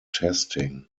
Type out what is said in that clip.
testing